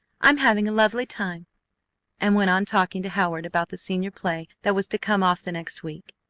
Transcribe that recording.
i'm having a lovely time and went on talking to howard about the senior play that was to come off the next week.